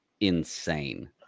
insane